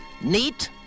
neat